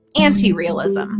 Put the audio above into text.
anti-realism